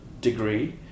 degree